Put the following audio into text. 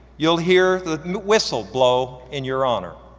you'll hear the whistle blow in your honor.